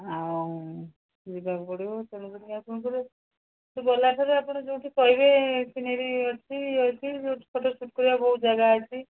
ଆଉ ଯିବାକୁ ପଡ଼ିବ ତେଣୁକରି ଆପଣଙ୍କର ଗଲାପରେ ଆପଣ ଯେଉଁଠି କହିବେ ସିନେରୀ ଅଛି ଇଏ ଅଛି ଫଟୋସୁଟ୍ କରିବାକୁ ବହୁତ ଜାଗା ଅଛି